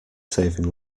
saving